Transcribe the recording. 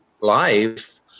life